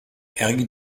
eric